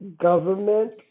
government